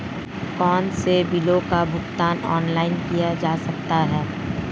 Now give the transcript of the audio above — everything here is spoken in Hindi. कौनसे बिलों का भुगतान ऑनलाइन किया जा सकता है?